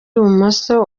ibumoso